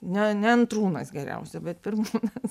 ne ne antrūnas geriausia bet pirmūnas